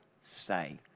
say